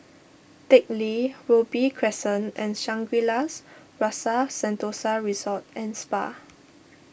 Teck Lee Robey Crescent and Shangri La's Rasa Sentosa Resort and Spa